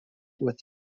with